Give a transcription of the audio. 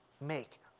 make